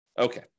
Okay